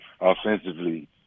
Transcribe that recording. offensively